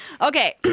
Okay